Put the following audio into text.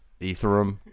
Ethereum